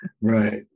right